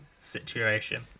situation